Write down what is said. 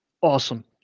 awesome